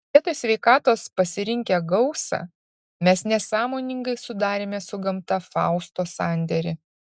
vietoj sveikatos pasirinkę gausą mes nesąmoningai sudarėme su gamta fausto sandėrį